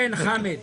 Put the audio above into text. חבר הכנסת חמד עמאר.